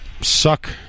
suck